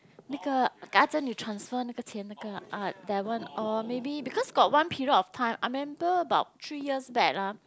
那个 transfer 那个钱哪个 that one or maybe because got one period of time I remember about three years back ah